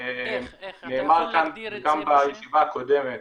נאמר כאן גם בישיבה הקודמת